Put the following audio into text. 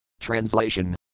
Translation